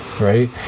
right